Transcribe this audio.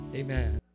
amen